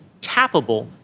tappable